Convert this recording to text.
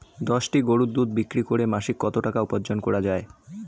দশটি গরুর দুধ বিক্রি করে মাসিক কত টাকা উপার্জন করা য়ায়?